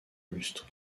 lustre